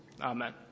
Amen